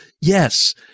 yes